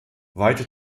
weite